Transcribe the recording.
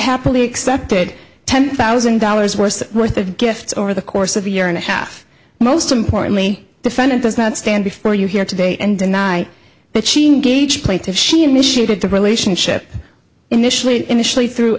happily accepted ten thousand dollars worth worth of gifts over the course of a year and a half most importantly defendant does not stand before you here today and deny that sheen gauge plate if she initiated the relationship initially initially through